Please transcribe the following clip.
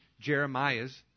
Jeremiah's